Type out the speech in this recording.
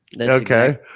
Okay